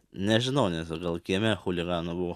nežinau gal kieme chuliganu buvau